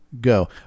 Go